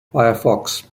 firefox